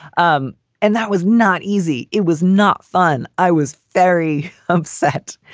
um and that was not easy. it was not fun. i was very upset.